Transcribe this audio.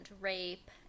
rape